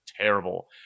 terrible